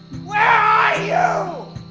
wow.